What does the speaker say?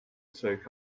soak